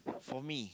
for me